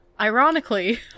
ironically